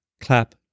clap